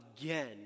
again